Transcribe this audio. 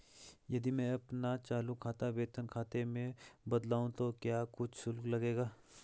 यदि मैं अपना चालू खाता वेतन खाते में बदलवाऊँ तो क्या कुछ शुल्क लगेगा?